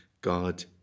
God